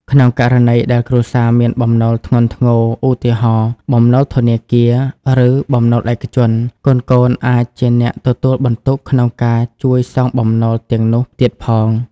ក្នុងករណីដែលគ្រួសារមានបំណុលធ្ងន់ធ្ងរ ឧទាហរណ៍ បំណុលធនាគារ ឬ បំណុលឯកជន កូនៗអាចជាអ្នកទទួលបន្ទុកក្នុងការជួយសងបំណុលទាំងនោះទៀតផង។